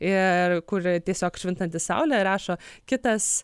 ir kur tiesiog švintanti saulė rašo kitas